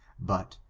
but,